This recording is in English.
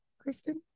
Kristen